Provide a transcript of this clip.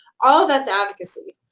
all of that's advocacy.